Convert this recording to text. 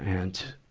and,